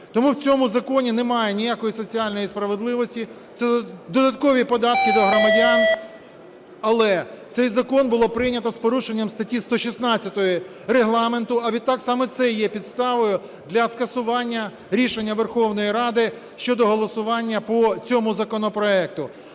Тому в цьому законі немає ніякої соціальної справедливості, це додаткові податки для громадян. Але цей закон було прийнято з порушенням статті 116 Регламенту, а відтак саме це є підставою для скасування рішення Верховної Ради щодо голосування по цьому законопроекту.